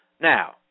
Now